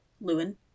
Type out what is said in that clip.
Lewin